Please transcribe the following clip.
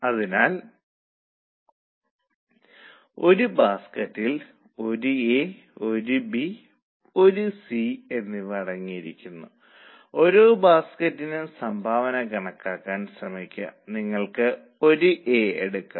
അതിനാൽ അവർ ഇത് ഒരു നിലവിലെ ഡ്രാഫ്റ്റായി നൽകിയിരിക്കുന്നു നമുക്ക് ഇത് ശരിയായ ഫോർമാറ്റിൽ excel ൽ ഉൾപ്പെടുത്താൻ ശ്രമിക്കാം തുടർന്ന് നിങ്ങൾക്ക് ചില മാറ്റങ്ങൾ ഉൾപ്പെടുത്താം